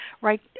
right